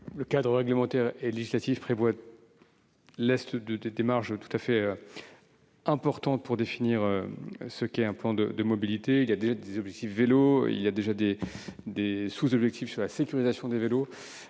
Le cadre réglementaire et législatif laisse des marges tout à fait importantes pour définir ce qu'est un plan de mobilité. Il y a déjà des objectifs sur le vélo et des sous-objectifs sur sa sécurisation. C'est